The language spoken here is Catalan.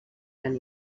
gran